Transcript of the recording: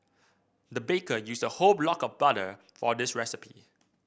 the baker used a whole block of butter for this recipe